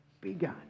begun